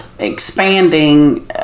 Expanding